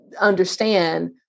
understand